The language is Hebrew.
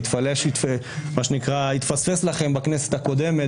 מה שנקרא שהתפספס לכם בכנסת הקודמת,